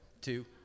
Two